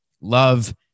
Love